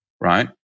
right